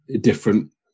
different